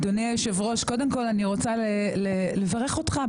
אדוני היושב-ראש, קודם כול, אני רוצה לברך אותך.